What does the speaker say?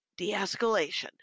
de-escalation